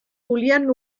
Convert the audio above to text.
volien